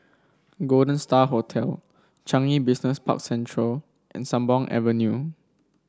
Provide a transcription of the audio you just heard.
Golden Star Hotel Changi Business Park Central and Sembawang Avenue